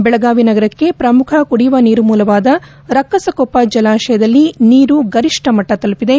ಬೆಳಗಾವಿ ನಗರಕ್ಕೆ ಶ್ರಮುಖ ಕುಡಿಯುವ ನೀರು ಮೂಲವಾದ ರಕ್ಕಸಕೊಪ್ಪ ಜಲಾತಯದಲ್ಲಿ ನೀರು ಗರಿಷ್ಠ ಮಟ್ಟ ತಲುಪಿದೆ